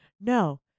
no